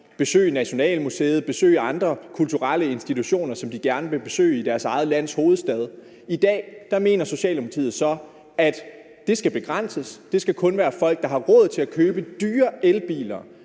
besøge Nationalmuseet, besøge andre kulturelle institutioner, som de gerne vil besøge i deres eget lands hovedstad. I dag mener Socialdemokratiet så, at det skal begrænses. Det skal kun være folk, der har råd til at købe dyre elbiler,